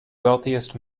wealthiest